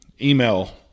Email